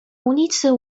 ulicy